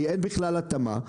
כי אין בכלל התאמה.